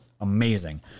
amazing